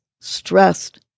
stressed